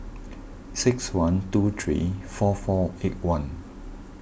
six one two three four four eight one